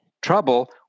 Trouble